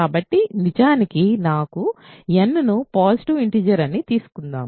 కాబట్టి నిజానికి n ను పాజిటివ్ ఇంటిజర్ అని తీసుకుందాం